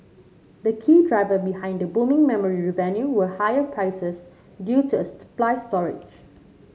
the key driver behind the booming memory revenue were higher prices due to a supply storage